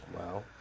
Wow